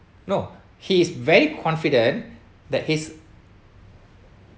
no he is very confident that his